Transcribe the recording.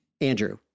Andrew